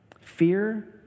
Fear